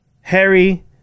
Harry